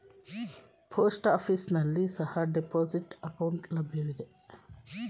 post office ನಲ್ಲಿ ಸಹ deposit account ಸೌಲಭ್ಯವಿದೆ